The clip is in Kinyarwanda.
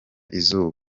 izuba